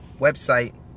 website